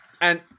And-